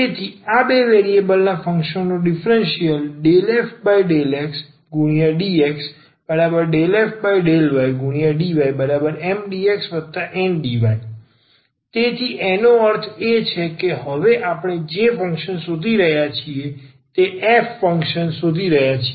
તેથી આ બે વેરિએબલ ના ફંકશન નો ડીફરન્સીયલ ∂f∂xdx∂f∂ydyMdxNdy તેથી તેનો અર્થ એ છે કે હવે આપણે જે ફંક્શન શોધી રહ્યા છીએ તે f ફંક્શન શોધી રહ્યા છીએ